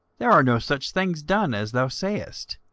there are no such things done as thou sayest,